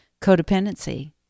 codependency